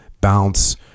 bounce